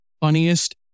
funniest